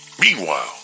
Meanwhile